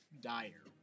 Dire